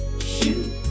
shoot